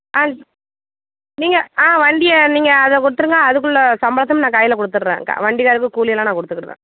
ஆ நீங்கள் ஆ வண்டியை நீங்கள் அதை கொடுத்துடுங்க அதுக்குள்ளே சம்பளத்தையும் நான் கையில கொடுத்துறேன் க வண்டிகாருக்கு கூலி எல்லாம் நான் கொடுத்துக்கிடுறேன்